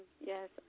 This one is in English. Yes